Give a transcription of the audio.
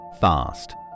fast